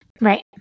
Right